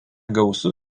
gausu